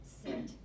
sit